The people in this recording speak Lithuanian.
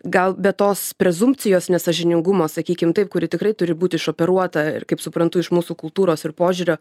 gal be tos prezumpcijos nesąžiningumo sakykim taip kuri tikrai turi būt išoperuota ir kaip suprantu iš mūsų kultūros ir požiūrio